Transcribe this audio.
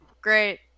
great